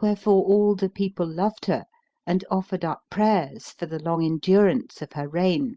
wherefore all the people loved her and offered up prayers for the long endurance of her reign,